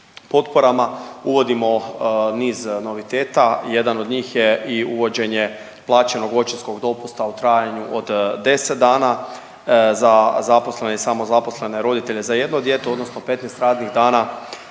potporama uvodimo niz noviteta. Jedan od njih je i uvođenje plaćenog očinskog dopusta u trajanju od 10 dana za zaposlene i samozaposlene roditelje za jedno dijete odnosno 15 radnih dana